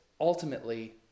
ultimately